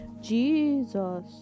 Jesus